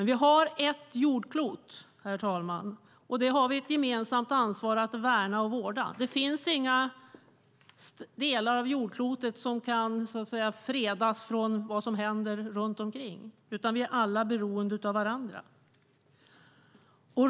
Vi har ett jordklot, herr talman, och vi har ett gemensamt ansvar för att värna och vårda det. Det finns inga delar av jordklotet som kan fredas från vad som händer runt omkring, utan vi är alla beroende av varandra.